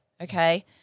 okay